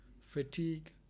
fatigue